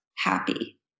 happy